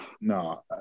No